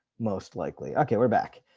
most likely. okay, we're back.